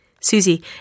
Susie